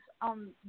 on